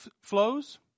flows